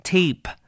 Tape